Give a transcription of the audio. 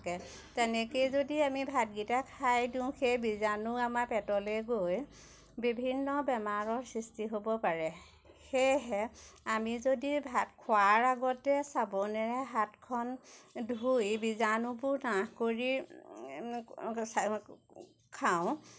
থাকে তেনেকৈয়ে যদি আমি ভাতকেইটা খাই দিওঁ সেই বীজাণু আমাৰ পেটলৈ গৈ বিভিন্ন বেমাৰৰ সৃষ্টি হ'ব পাৰে সেয়েহে আমি যদি ভাত খোৱাৰ আগতে চাবোনেৰে হাতখন ধুই বীজাণুবোৰ নাশ কৰি খাওঁ